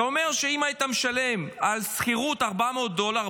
זה אומר שאם היית משלם על שכירות 400 דולר,